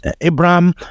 Abraham